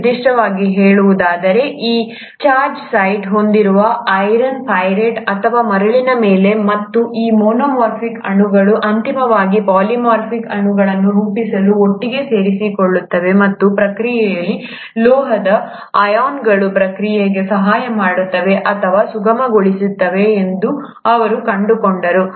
ನಿರ್ದಿಷ್ಟವಾಗಿ ಹೇಳುವುದಾದರೆ ಈ ಚಾರ್ಜ್ಡ್ ಸೈಟ್ ಹೊಂದಿರುವ ಐರನ್ ಪೈರೈಟ್ ಅಥವಾ ಮರಳಿನ ಮೇಲೆ ಮತ್ತು ಈ ಮೊನೊಮೆರಿಕ್ ಅಣುಗಳು ಅಂತಿಮವಾಗಿ ಪಾಲಿಮರಿಕ್ ಅಣುಗಳನ್ನು ರೂಪಿಸಲು ಒಟ್ಟಿಗೆ ಸೇರಿಕೊಳ್ಳುತ್ತವೆ ಮತ್ತು ಪ್ರಕ್ರಿಯೆಯಲ್ಲಿ ಲೋಹದ ಅಯಾನುಗಳು ಪ್ರಕ್ರಿಯೆಗೆ ಸಹಾಯ ಮಾಡುತ್ತವೆ ಅಥವಾ ಸುಗಮಗೊಳಿಸುತ್ತವೆ ಎಂದು ಅವರು ಕಂಡುಕೊಂಡರು